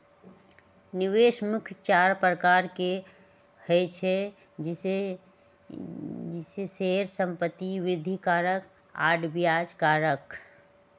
निवेश मुख्य चार प्रकार के होइ छइ जइसे शेयर, संपत्ति, वृद्धि कारक आऽ ब्याज कारक